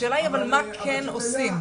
השאלה מה כן עושים.